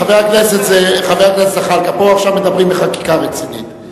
חבר הכנסת זחאלקה, עכשיו מדברים פה בחקיקה רצינית.